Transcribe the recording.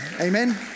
Amen